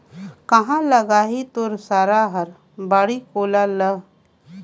काँहा लगाही तोर सारा हर बाड़ी कोला ल